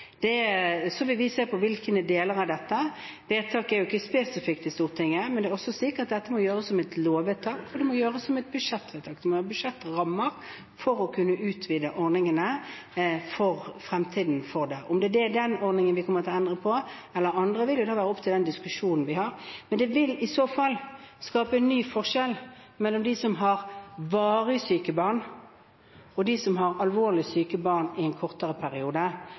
er også slik at det må gjøres et lovvedtak, og det må gjøres et budsjettvedtak. En må ha budsjettrammer for å kunne utvide ordningene for fremtiden. Om det er den ordningen eller noen andre vi kommer til ende på, vil vi se etter den diskusjonen vi skal ha. Men det vil i så fall skape en ny forskjell mellom dem som har varig syke barn, og dem som har alvorlig syke barn i en kortere periode.